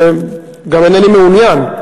וגם אינני מעוניין,